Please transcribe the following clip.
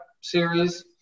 series